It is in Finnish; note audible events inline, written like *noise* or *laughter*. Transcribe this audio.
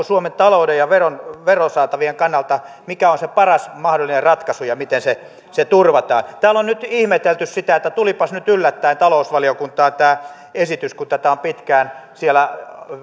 *unintelligible* suomen talouden ja verosaatavien kannalta se paras mahdollinen ratkaisu ja miten se se turvataan täällä on nyt ihmetelty sitä että tulipas nyt yllättäen talousvaliokuntaan tämä esitys kun tätä on pitkään siellä